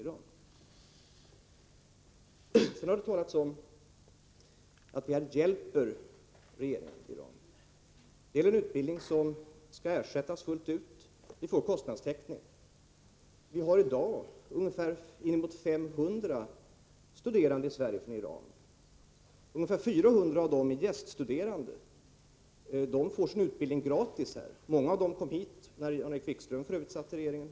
Det har talats om att vi hjälper regeringen i Iran. Utbildningen skall 17 delser och utbildningssamarbete med Iran emellertid ersättas fullt ut. Vi får kostnadstäckning. Vi har i dag i Sverige ungefär 500 studerande från Iran. 400 av dem är gäststuderande. De får sin utbildning gratis. Många av dem kom hit när Jan-Erik Wikström satt i regeringen.